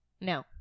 No